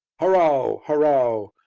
harow! harow!